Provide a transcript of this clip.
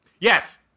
Yes